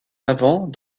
avant